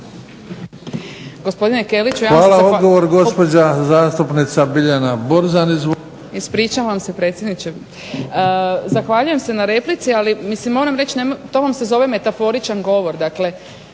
Hvala, odgovor gospođa zastupnica Biljana Borzan.